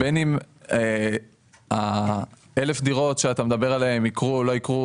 בין אם ה-1,000 דירות שאתה מדבר עליהם יקרו או לא יקרו,